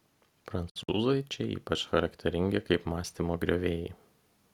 prancūzai čia ypač charakteringi kaip mąstymo griovėjai